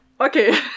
okay